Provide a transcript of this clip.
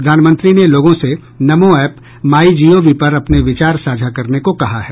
प्रधानमंत्री ने लोगों से नमो ऐप माइ जीओवी पर अपने विचार साझा करने को कहा है